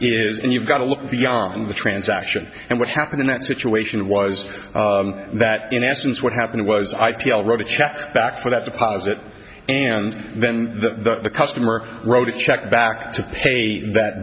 is and you've got to look beyond the transaction and what happened in that situation was that in essence what happened was i wrote a check back for that deposit and then the customer wrote a check back to pay that